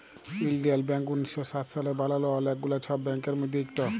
ইলডিয়াল ব্যাংক উনিশ শ সাত সালে বালাল অলেক গুলা ছব ব্যাংকের মধ্যে ইকট